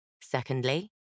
Secondly